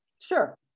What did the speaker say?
Sure